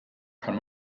kann